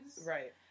Right